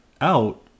out